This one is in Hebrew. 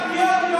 לאחים המוסלמים.